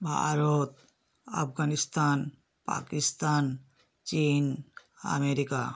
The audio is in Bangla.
ভারত আফগানিস্তান পাকিস্তান চীন আমেরিকা